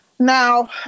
Now